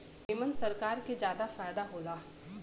एमन सरकार के जादा फायदा होला